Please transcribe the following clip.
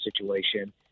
situation